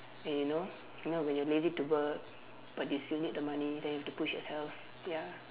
and you know you know when you're lazy to work but you still need the money then you have to push yourself ya